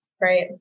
Right